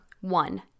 one